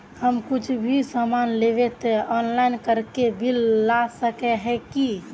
हम कुछ भी सामान लेबे ते ऑनलाइन करके बिल ला सके है की?